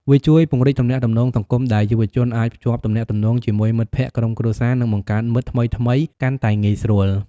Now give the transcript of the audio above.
វាជួយពង្រីកទំនាក់ទំនងសង្គម ដែលយុវជនអាចភ្ជាប់ទំនាក់ទំនងជាមួយមិត្តភក្តិ ក្រុមគ្រួសារ និងបង្កើតមិត្តថ្មីៗកាន់តែងាយស្រួល។